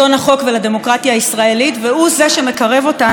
והוא שמקרב אותנו לדמוקרטיות הלא-ליברליות